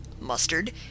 mustard